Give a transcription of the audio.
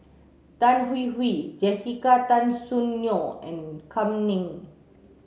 Tan Hwee Hwee Jessica Tan Soon Neo and Kam Ning